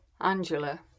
Angela